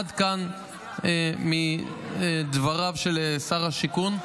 עד כאן מדבריו של שר השיכון.